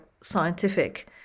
scientific